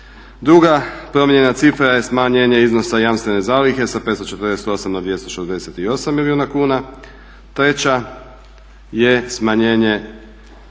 Druga promijenjena cifra je smanjenje iznosa jamstvene zalihe sa 548 na 268 milijuna kuna. Treća je smanjenje